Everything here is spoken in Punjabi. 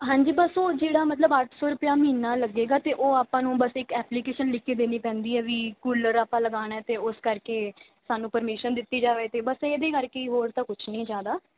ਹਾਂਜੀ ਬਸ ਉਹ ਜਿਹੜਾ ਮਤਲਬ ਅੱਠ ਸੌ ਰੁਪਇਆ ਮਹੀਨਾ ਲੱਗੇਗਾ ਅਤੇ ਉਹ ਆਪਾਂ ਨੂੰ ਬਸ ਇੱਕ ਐਪਲੀਕੇਸ਼ਨ ਲਿਖ ਕੇ ਦੇਣੀ ਪੈਂਦੀ ਹੈ ਵੀ ਕੂਲਰ ਆਪਾਂ ਲਗਾਉਣਾ ਅਤੇ ਉਸ ਕਰਕੇ ਸਾਨੂੰ ਪਰਮਿਸ਼ਨ ਦਿੱਤੀ ਜਾਵੇ ਅਤੇ ਬਸ ਇਹਦੇ ਕਰਕੇ ਹੋਰ ਤਾਂ ਕੁਛ ਨਹੀਂ ਜ਼ਿਆਦਾ